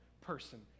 person